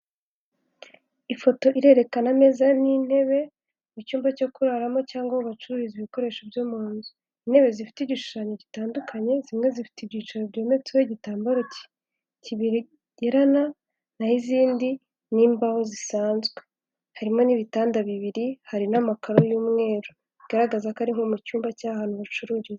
Ifoto irerekana ameza n'intebe mu cyumba cyo kuraramo cyangwa aho bacuruza ibikoresho byo muzu, intebe zifite igishushanyo gitandukanye zimwe zifite ibyicaro byometsweho igitambaro kibigerana, naho' izindi n'imbaho zisanzwe, harimo n'ibitanda bibiri hari n'amakaro y'umweru bigaragaza ko ari nko mu cyumba cy'ahantu bacururiza.